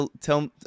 tell